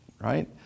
right